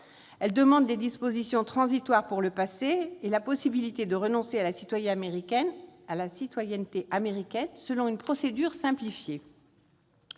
Elle demande la prise de dispositions transitoires pour le passé, et l'ouverture de la possibilité de renoncer à la citoyenneté américaine selon une procédure simplifiée.